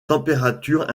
température